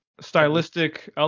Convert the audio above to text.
stylistic